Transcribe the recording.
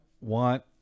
want